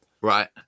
Right